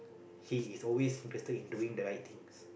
he is always better in doing the right things